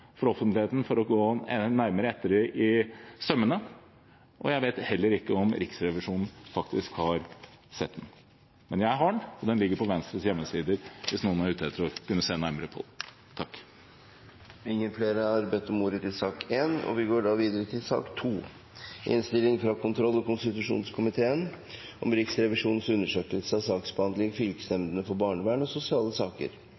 for offentligheten for at man kunne gå den nærmere etter i sømmene. Jeg vet heller ikke om Riksrevisjonen faktisk har sett den. Men jeg har den, og den ligger på Venstres hjemmesider – hvis noen er ute etter å kunne se nærmere på den. Flere har ikke bedt om ordet til sak nr. 1. Denne saken gjelder Riksrevisjonens undersøkelse av saksbehandling i fylkesnemndene for barnevern og sosiale saker. Målet med Riksrevisjonens undersøkelse